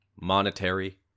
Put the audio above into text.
monetary